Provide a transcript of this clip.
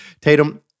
Tatum